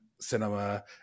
cinema